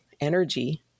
energy